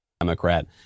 Democrat